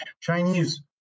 Chinese